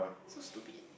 so stupid